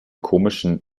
komischen